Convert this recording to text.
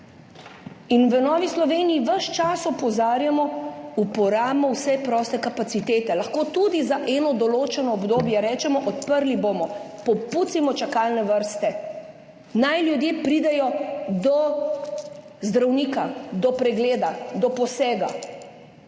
In v Novi Sloveniji ves čas opozarjamo uporabimo vse proste kapacitete, lahko tudi za eno določeno obdobje, rečemo, odprli bomo, popucajmo čakalne vrste, naj ljudje pridejo do zdravnika, do pregleda, do posega